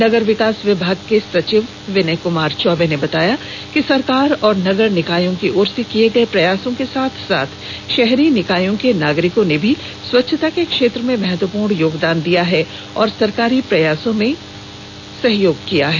नगर विकास विभाग के सचिव विनय कुमार चौबे ने बताया कि सरकार और नगर निकायों की ओर से किये गये प्रयासों के साथ साथ शहरी निकायों के नागरिकों ने भी स्वच्छता के क्षेत्र में महत्वपूर्ण योगदान दिया है और सरकारी प्रयासों में सहयोग किया है